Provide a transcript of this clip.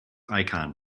icon